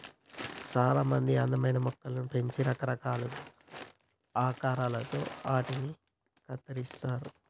సానా మంది అందమైన మొక్కలు పెంచి రకరకాలుగా ఆకారాలలో ఆటిని కత్తిరిస్తారు